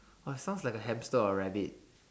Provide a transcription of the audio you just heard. !wah! sounds like a hamster or rabbit